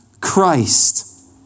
Christ